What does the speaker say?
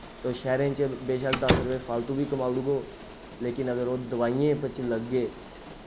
तुस शैह्रें च बेशक दस रपे फालतू बी कमाऊड़गो लेकिन अगर ओह् दवाइयें बिच लग्गे